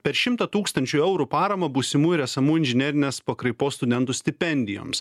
per šimtą tūkstančių eurų paramą būsimų ir esamų inžinerinės pakraipos studentų stipendijoms